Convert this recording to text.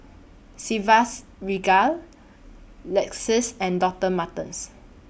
Chivas Regal Lexus and Doctor Martens